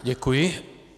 Děkuji.